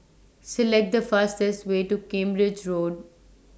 Select The fastest Way to Cambridge Road